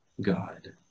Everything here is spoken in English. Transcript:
God